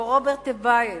כמו רוברט טיבייב,